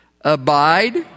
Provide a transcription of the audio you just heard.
Abide